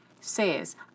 says